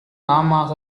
நாமாக